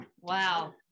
Wow